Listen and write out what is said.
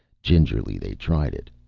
gingerly they tried it,